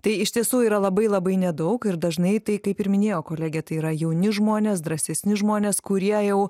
tai iš tiesų yra labai labai nedaug ir dažnai tai kaip ir minėjo kolegė tai yra jauni žmonės drąsesni žmonės kurie jau